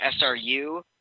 SRU